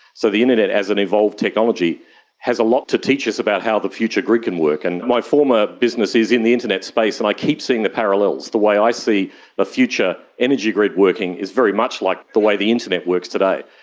so the internet as an evolved technology has a lot to teach us about how the future grid can work. and my former business is in the internet space and i keep seeing the parallels. the way i see a future energy grid working is very much like the way the internet works today,